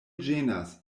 ĝenas